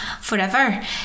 forever